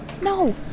No